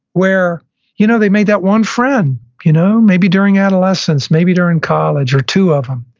where you know they made that one friend you know maybe during adolescence, maybe during college or two of them.